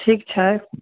ठीक छै